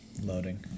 Loading